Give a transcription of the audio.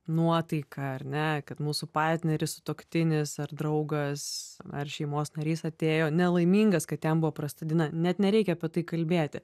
nuotaiką ar ne kad mūsų partneris sutuoktinis ar draugas ar šeimos narys atėjo nelaimingas kad ten buvo prasta diena net nereikia apie tai kalbėti